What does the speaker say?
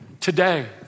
Today